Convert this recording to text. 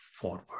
forward